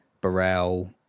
Burrell